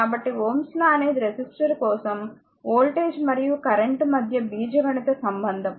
కాబట్టి Ω's లాΩ's lawఅనేది రెసిస్టర్ కోసం వోల్టేజ్ మరియు కరెంట్ మధ్య బీజగణిత సంబంధం